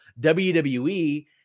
WWE